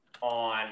on